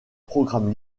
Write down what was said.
programme